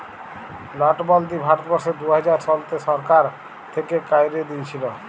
লটবল্দি ভারতবর্ষে দু হাজার শলতে সরকার থ্যাইকে ক্যাইরে দিঁইয়েছিল